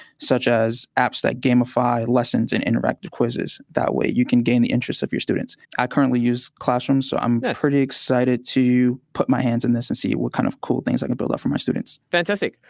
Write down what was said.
such as apps that gamefy lessons and interactive quizzes. that way, you can gain the interest of your students. i currently use classroom, so i'm pretty excited to put my hands in this and see what kind of cool things i can build out for my students. mark mandel fantastic.